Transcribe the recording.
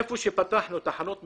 היכן שפתחנו תחנות משטרה,